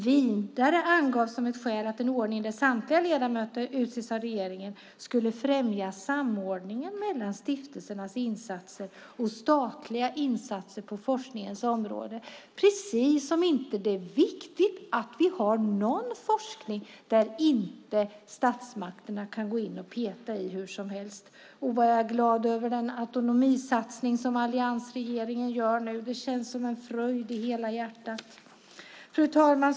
Vidare angavs som ett skäl att en ordning där samtliga ledamöter utses av regeringen skulle främja samordningen mellan stiftelsernas insatser och statliga insatser på forskningens område, precis som om det inte är viktigt att vi har någon forskning som statsmakterna inte kan gå in och peta i hur som helst. Vad jag är glad över den autonomisatsning som alliansregeringen nu gör. Det känns som en fröjd i hela hjärtat. Fru talman!